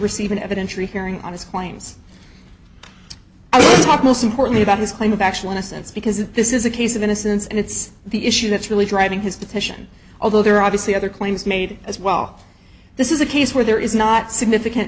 receive an evidentiary hearing on his claims and talk most importantly about his claim of actual innocence because this is a case of innocence and it's the issue that's really driving his detention although there are obviously other claims made as well this is a case where there is not significant